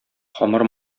камыр